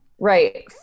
Right